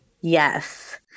Yes